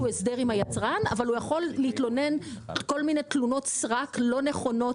הוא יכול להתלונן כל מיני תלונות סרק שהן לא נכונות,